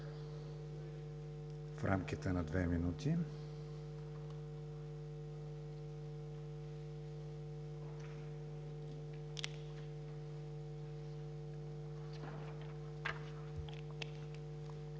в рамките на 2 минути.